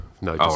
no